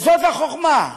וזאת החוכמה.